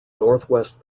northwest